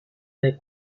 the